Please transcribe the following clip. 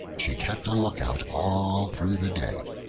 she kept a lookout all through the day.